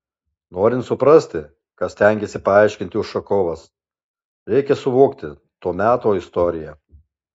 norint suprasti ką stengėsi paaiškinti ušakovas reikia suvokti to meto istoriją